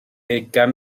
ugain